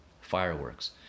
fireworks